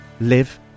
live